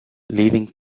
leading